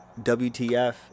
WTF